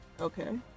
okay